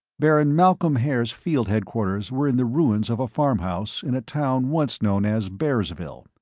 baron malcolm haer's field headquarters were in the ruins of a farm house in a town once known as bearsville.